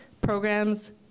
programs